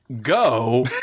go